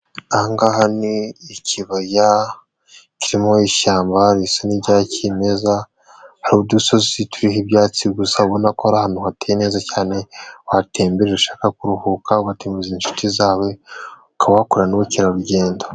Aha ni ikibaya kirimo ishyamba risa n'irya kimeza, hari udusozi turiho ibyatsi gusa, ubona ko ari ahantu hateye neza cyane, watembera ushaka kuruhuka, ugatembereza inshuti zawe, ukaba wahakorera n'ubukerarugendo.